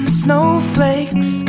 snowflakes